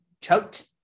choked